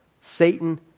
Satan